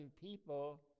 people